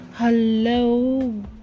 Hello